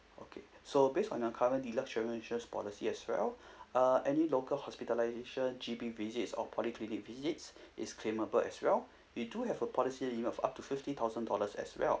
okay so based on your current deluxe travel insurance policy as well uh any local hospitalisation G_P visits or polyclinic visits is claimable as well we do have a policy limit of up to fifty thousand dollars as well